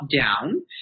down